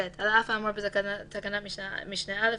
(ב)על אף האמור בתקנת משנה (א),